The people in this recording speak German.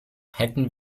hätten